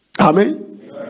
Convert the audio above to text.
Amen